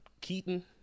Keaton